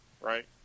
right